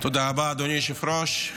תודה רבה, אדוני היושב-ראש.